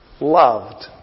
loved